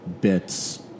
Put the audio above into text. bits